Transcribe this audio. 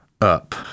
up